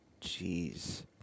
Jeez